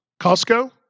Costco